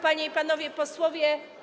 Panie i Panowie Posłowie!